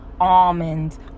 almonds